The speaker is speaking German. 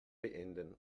beenden